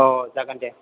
अ जागोन दे